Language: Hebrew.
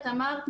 את אמרת,